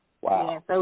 wow